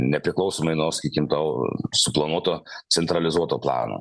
nepriklausomai nuo sakykim to suplanuoto centralizuoto plano